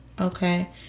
Okay